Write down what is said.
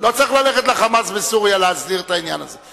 לא צריך ללכת ל"חמאס" בסוריה כדי להסדיר את העניין הזה.